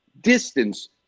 distance